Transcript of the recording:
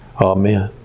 Amen